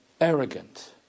arrogant